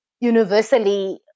universally